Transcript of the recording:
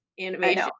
animation